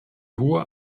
hohe